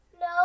No